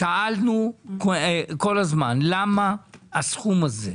שאלנו כל הזמן, למה הסכום הזה?